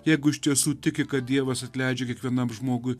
jeigu iš tiesų tiki kad dievas atleidžia kiekvienam žmogui